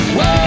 Whoa